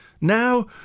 Now